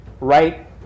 Right